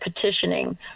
petitioning